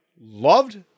loved